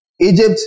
Egypt